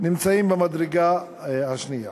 נמצאים במדרגה השנייה.